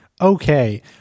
okay